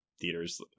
theaters